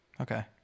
okay